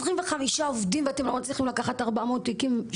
25 עובדים ואתם לא מצליחים לקחת 400 תיקים,